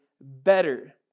better